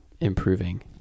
improving